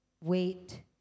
Wait